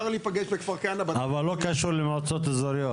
אבל לא קשור למועצות אזוריות?